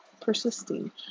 persisting